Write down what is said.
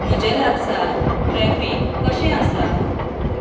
म्हजे लागसार ट्रॅफीक कशें आसा